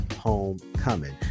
Homecoming